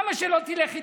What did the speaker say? למה שלא תלך איתנו?